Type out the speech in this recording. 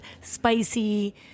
spicy